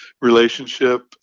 relationship